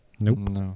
Nope